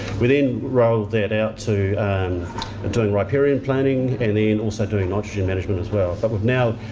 we then rolled that out to and doing riparian planning and then also doing nitrogen management as well. but we've now